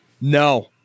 No